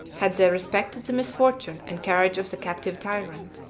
had they respected the misfortune and courage of the captive tyrant.